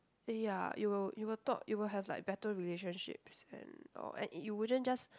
ya you will you will thought you will have like better relationships and or and uh you wouldn't just